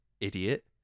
Idiot